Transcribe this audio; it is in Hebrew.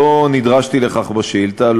לא נדרשתי לכך בשאילתה,